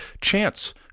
Chance